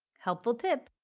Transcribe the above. helpful tip!